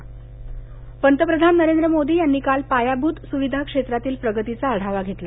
पंतप्रधानः पंतप्रधान नरेंद्र मोदी यांनी काल पायाभूत सुविधा क्षेत्रातील प्रगतीचा आढावा घेतला